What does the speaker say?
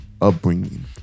upbringing